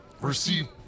receive